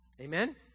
Amen